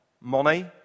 money